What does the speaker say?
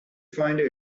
find